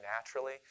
naturally